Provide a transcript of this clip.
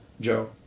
Joe